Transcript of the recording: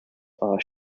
are